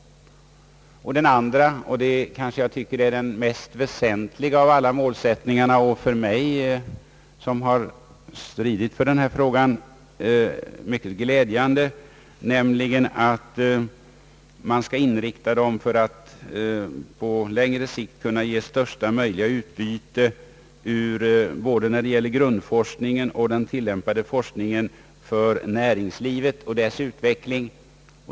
Den andra målsättningen, som jag anser vara den mest väsentliga och glädjande, eftersom jag har stridit för den, är att man skall inrikta forskningen så att den på längre sikt skall kunna ge största möjliga utbyte, när det gäller både grundforskningen och den tillämpade forskningen, för näringslivet och dess utveckling.